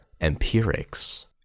empirics